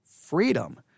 freedom